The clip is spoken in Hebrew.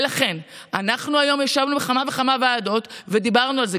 ולכן אנחנו היום ישבנו בכמה וכמה ועדות ודיברנו על זה,